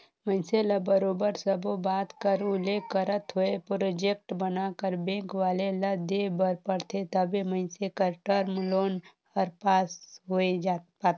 मइनसे ल बरोबर सब्बो बात कर उल्लेख करत होय प्रोजेक्ट बनाकर बेंक वाले ल देय बर परथे तबे मइनसे कर टर्म लोन हर पास होए पाथे